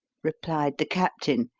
replied the captain,